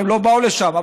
והם לא באו לשם.